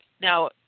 now